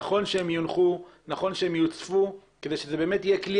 נכון שהם יונחו ונכון שהם יוצפו כדי שזה באמת יהיה כלי